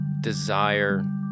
desire